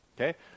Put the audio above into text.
okay